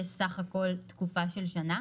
יש בסך הכול תקופה של שנה.